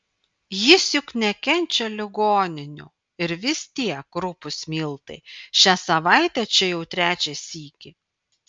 jis juk nekenčia ligoninių ir vis tiek rupūs miltai šią savaitę čia jau trečią sykį